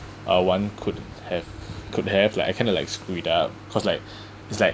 uh one could have could have like I kind of like screwed up cause like it's like